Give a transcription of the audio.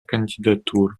кандидатур